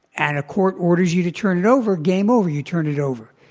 and a court ordered you to turn it over, game over. you turn it over.